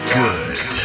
good